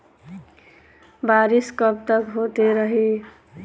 बरिस कबतक होते रही?